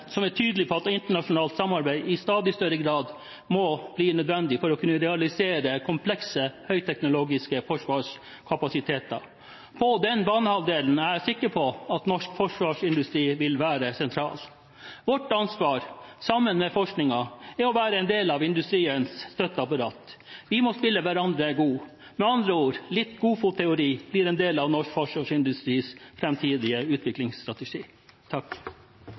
som er tydelige på at internasjonalt samarbeid i stadig større grad må bli nødvendig for å kunne realisere komplekse høyteknologiske forsvarskapasiteter. På den banehalvdelen er jeg sikker på at norsk forsvarsindustri vil være sentral. Vårt ansvar, sammen med forskningen, er å være en del av industriens støtteapparat. Vi må spille hverandre gode. Med andre ord: Litt godfotteori blir en del av norsk forsvarsindustris framtidige utviklingsstrategi.